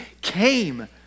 came